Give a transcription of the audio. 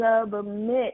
submit